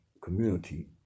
community